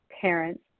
parents